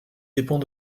dépend